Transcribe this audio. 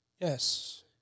Yes